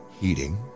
heating